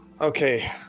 Okay